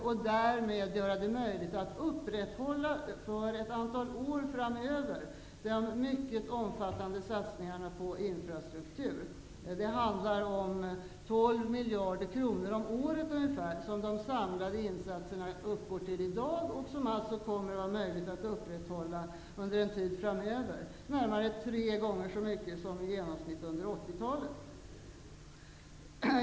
Det är en finansieringsmodell som skulle kunna göra det möjligt att för ett antal år framöver upprätthålla de mycket omfattande satsningarna på infrastrukturen. De samlade insatserna uppgår i dag till ungefär 12 miljarder kronor om året -- insatser som det alltså skulle vara möjligt att under en tid framöver upprätthålla. Det är närmare tre gånger så mycket som i genomsnitt under 80-talet.